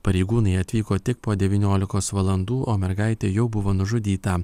pareigūnai atvyko tik po devyniolikos valandų o mergaitė jau buvo nužudyta